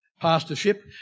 pastorship